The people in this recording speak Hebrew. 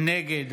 נגד